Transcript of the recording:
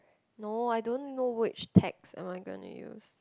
no I don't know which text am I gonna use